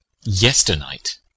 yesternight